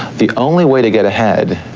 the only way to get ahead,